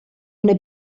una